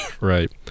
Right